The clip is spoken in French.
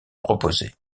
proposés